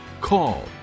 call